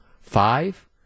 Five